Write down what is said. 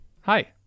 hi